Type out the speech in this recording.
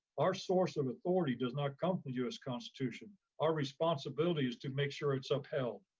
our source of authority does not come from us constitution. our responsibility is to make sure it's upheld.